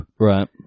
Right